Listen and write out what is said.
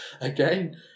again